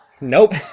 Nope